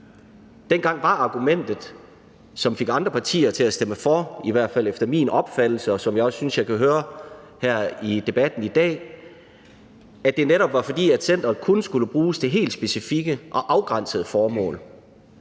Dengang var argumentet, som fik andre partier til at stemme for, i hvert fald efter min opfattelse, og som jeg også synes jeg kan høre i debatten i dag, at centeret netop kun skulle bruges til helt specifikke og afgrænsede formål.